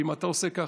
אם אתה עושה כן,